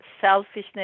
selfishness